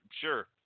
Sure